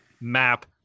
map